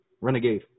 Renegade